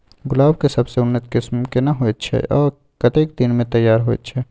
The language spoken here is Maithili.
गुलाब के सबसे उन्नत किस्म केना होयत छै आ कतेक दिन में तैयार होयत छै?